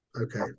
okay